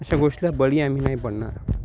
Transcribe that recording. अशा गोष्टीला बळी आम्ही नाही पडणार